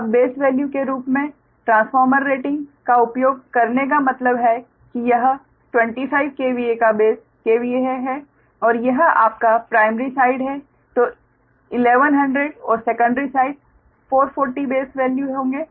अब base value के रूप में ट्रांसफॉर्मर रेटिंग का उपयोग करने का मतलब है कि यह 25 KVA का बेस KVA है और यह आपका प्राइमरी साइड है जो 1100 और सेकंडरी साइड 440 बेस वैल्यू होंगे